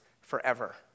forever